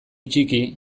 txiki